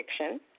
addiction